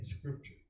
scripture